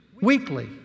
Weekly